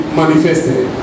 manifested